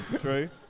True